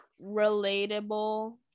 relatable